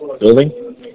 building